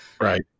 right